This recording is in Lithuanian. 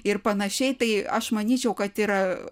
ir panašiai tai aš manyčiau kad yra